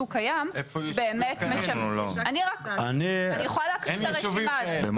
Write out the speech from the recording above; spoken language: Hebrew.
קיים באמת --- אין ישובים כאלה.